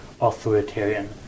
authoritarian